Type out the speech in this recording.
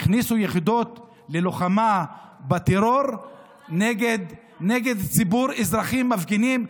הכניסו יחידות ללוחמה בטרור נגד ציבור אזרחים מפגינים?